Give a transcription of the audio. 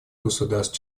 государств